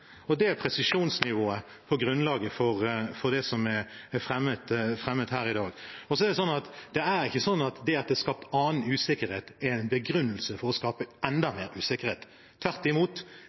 det. Det er presisjonsnivået på grunnlaget for det som er fremmet her i dag. Så er det sånn: Det at det er skapt annen usikkerhet, er ikke en begrunnelse for å skape enda mer usikkerhet. Tvert imot